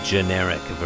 Generic